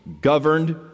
governed